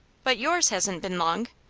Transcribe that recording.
but yours hasn't been long.